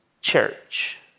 church